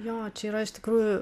jo čia yra iš tikrųjų